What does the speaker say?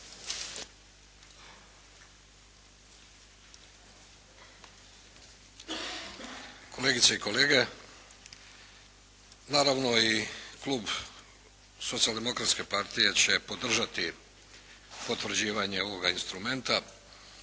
Kolegice i kolege, naravno i klub Socijal-demokratske partije će podržati potvrđivanje ovoga instrumenta